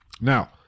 Now